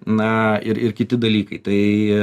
na ir ir kiti dalykai tai